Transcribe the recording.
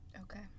Okay